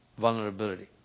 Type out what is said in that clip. vulnerability